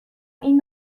این